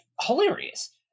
hilarious